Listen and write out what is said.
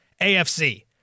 AFC